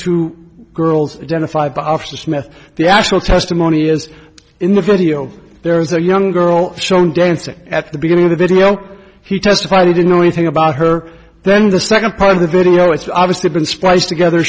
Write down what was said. two girls then a five after smith the actual testimony is in the video there is a young girl shown dancing at the beginning of the video he testified he didn't know anything about her then the second part of the video it's obviously been spliced together